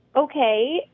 okay